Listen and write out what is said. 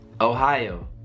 Ohio